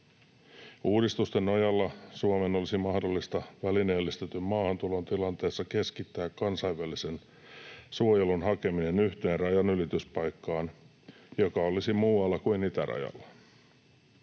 Uudistusten nojalla Suomen olisi mahdollista välineellistetyn maahantulon tilanteessa keskittää kansainvälisen suojelun hakeminen yhteen rajanylityspaikkaan, joka olisi muualla kuin itärajalla.